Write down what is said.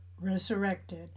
resurrected